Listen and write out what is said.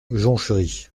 jonchery